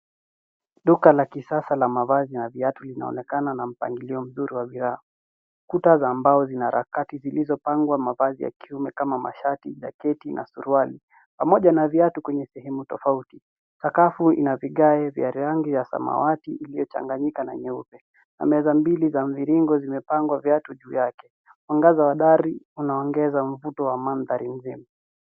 Duka la kisasa la mavazi na viatu linaonekana likiwa na mpangilio maridadi wa bidhaa. Kuta za mbao zenye mapambo zimepangwa mavazi ya kiume kama vile mashati, jaketi na suruali, huku viatu vikiwa vimewekwa katika sehemu tofauti